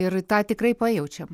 ir tą tikrai pajaučiam